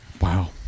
Wow